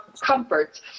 comforts